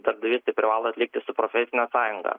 darbdavys tai privalo atlikti su profesine sąjunga